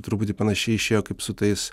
truputį panašiai išėjo kaip su tais